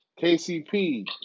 KCP